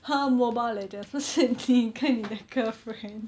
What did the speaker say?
和 mobile legends 不是你跟你的 girlfriend